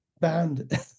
band